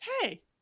Hey